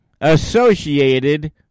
associated